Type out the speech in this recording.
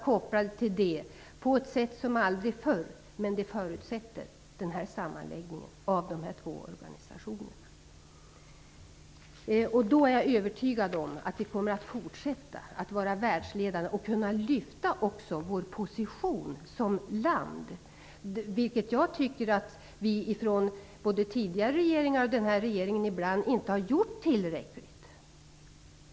Men detta förutsätter en sammanslagning av dessa två organisationer. Jag är övertygad om att vi kommer att fortsätta att vara världsledande och att vi kommer att lyfta fram vår position som land. Jag tycker att både tidigare regeringar och denna regering ibland inte har gjort tillräckligt.